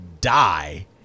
die